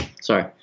sorry